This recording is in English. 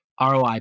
ROI